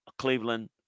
Cleveland